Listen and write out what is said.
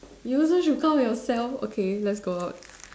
you also should count yourself okay let's go out